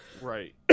Right